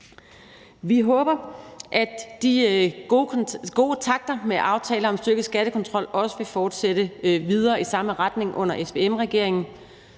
Vi håber, at de gode takter med aftaler om styrket skattekontrol også vil fortsætte videre i samme retning under SVM-regeringen.